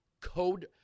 code